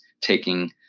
taking